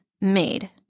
made